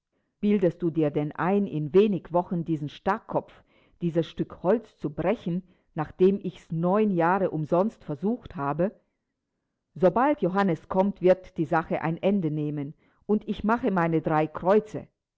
bildest du dir denn ein in wenig wochen diesen starrkopf dieses stück holz zu brechen nachdem ich's neun jahre umsonst versucht habe sobald johannes kommt wird die sache ein ende nehmen und ich mache meine drei kreuze